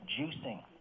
juicing